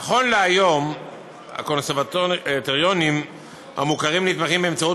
נכון להיום הקונסרבטוריונים המוכרים נתמכים באמצעות